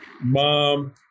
mom